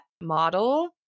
model